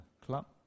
club